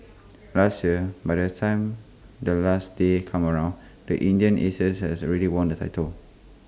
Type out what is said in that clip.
last year by the time the last day come around the Indian Aces has already won the title